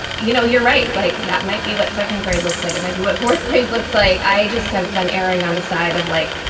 you know, you're right. like, that might be what second grade looks like. it might be what fourth grade looks like. i just have been erring on the side of like,